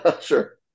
Sure